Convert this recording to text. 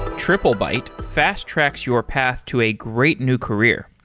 triplebyte fast-tracks your path to a great new career.